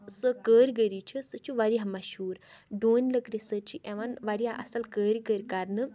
سۄ کٲرگٔری چھِ سۄ چھےٚ واریاہ مَشہور ڈوٗنۍ لٔکرِ سۭتۍ چھِ یِوان واریاہ اَصٕل کٲرگٔرۍ کرنہٕ